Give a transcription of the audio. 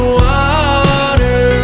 water